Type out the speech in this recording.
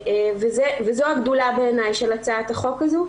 זו הגדולה בעיניי של הצעת החוק הזו,